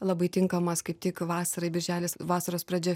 labai tinkamas kaip tik vasarai birželis vasaros pradžia